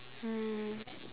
um